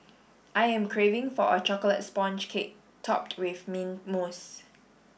I am craving for a chocolate sponge cake topped with mint mousse